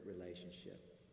relationship